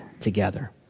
together